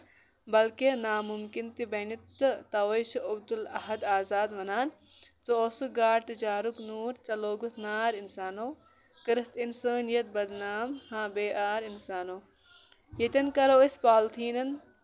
بلکہِ نامُمکِن تہِ بَنہِ تہٕ تَوے چھُ عبدالاحد آزاد وَنان ژٕ اوسُکھ گاٹہٕ جارُک نوٗر ژےٚ لوگُتھ نار اِنسانو کٔرٕتھ اِنسٲنیَت بدنام ہا بے آرٕ اِنسانو ییٚتٮ۪ن کَرو أسۍ پالیٖتھیٖن